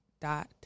dot